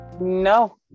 No